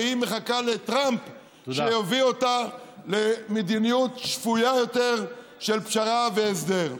והיא מחכה לטראמפ שיביא אותה למדיניות שפויה יותר של פשרה והסדר?